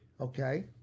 Okay